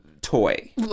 toy